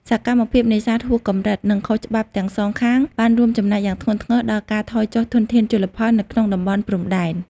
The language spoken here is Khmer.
សកម្មភាពនេសាទហួសកម្រិត និងខុសច្បាប់ទាំងសងខាងបានរួមចំណែកយ៉ាងធ្ងន់ធ្ងរដល់ការថយចុះធនធានជលផលនៅក្នុងតំបន់ព្រំដែន ។